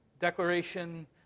Declaration